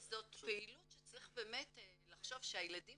לא, זאת פעילות שצריך באמת לחשוב שהילדים